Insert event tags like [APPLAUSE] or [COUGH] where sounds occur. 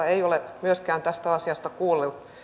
[UNINTELLIGIBLE] ei ole tästä asiasta kuullut